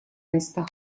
местах